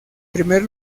primer